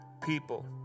people